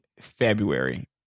February